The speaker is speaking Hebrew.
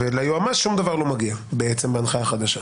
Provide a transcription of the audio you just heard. ליועמ"ש שום דבר לא מגיע, בעצם, בהנחיה החדשה?